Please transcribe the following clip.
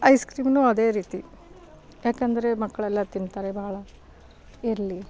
ice ಕ್ರೀಂನೂ ಅದೇ ರೀತಿ ಯಾಕಂದರೆ ಮಕ್ಕಳೆಲ್ಲ ತಿಂತಾರೆ ಬಹಳ ಇರಲಿ